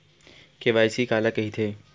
KYC काला कइथे?